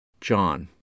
John